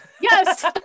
Yes